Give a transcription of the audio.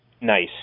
nice